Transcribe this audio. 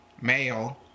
male